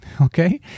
okay